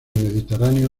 mediterráneo